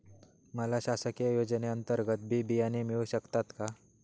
मला शासकीय योजने अंतर्गत बी बियाणे मिळू शकतात का?